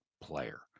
player